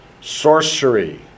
Sorcery